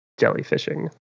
jellyfishing